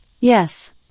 Yes